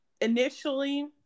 initially